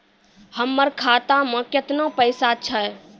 हमर खाता मैं केतना पैसा छह?